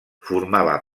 formava